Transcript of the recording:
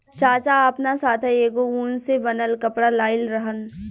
चाचा आपना साथै एगो उन से बनल कपड़ा लाइल रहन